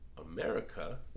America